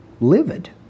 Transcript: livid